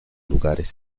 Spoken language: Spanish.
lugares